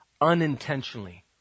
unintentionally